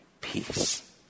peace